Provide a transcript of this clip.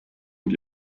mit